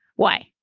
why?